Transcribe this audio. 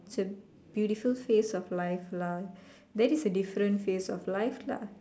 it's a beautiful phase of life lah that is a different phase of life lah